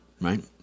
Right